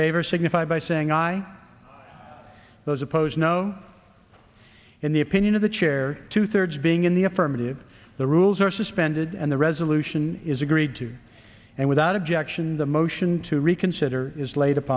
favor signify by saying i those opposed no in the opinion of the chair two thirds being in the affirmative the rules are suspended the resolution is agreed to and without objection the motion to reconsider is laid up